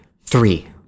Three